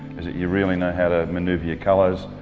is that you really know how to manoeuvre your colors.